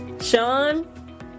Sean